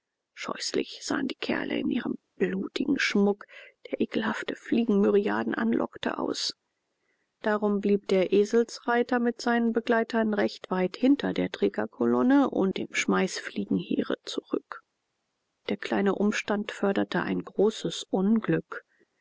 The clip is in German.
scheußlich sahen die kerle in ihrem blutigen schmuck der ekelhafte fliegenmyriaden anlockte aus darum blieb der eselreiter mit seinen begleitern recht weit hinter der trägerkolonne und dem schmeißfliegenheere zurück der kleine umstand förderte ein großes unglück